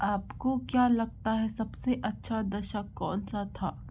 आपको क्या लगता है सबसे अच्छा दशक कौन सा था